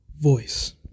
voice